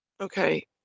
Okay